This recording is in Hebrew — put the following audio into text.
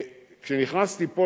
כשנכנסתי לפה,